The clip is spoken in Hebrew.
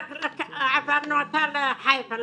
העברנו אותה לחיפה,